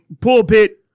pulpit